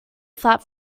flap